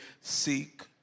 seek